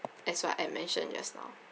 as what I mentioned just now